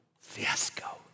fiasco